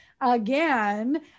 again